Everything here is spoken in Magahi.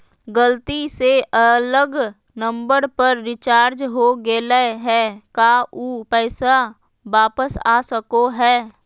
गलती से अलग नंबर पर रिचार्ज हो गेलै है का ऊ पैसा वापस आ सको है?